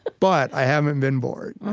but i haven't been bored